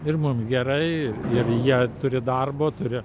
ir mum gerai ir jie turi darbo turi